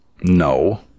no